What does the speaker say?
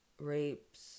rapes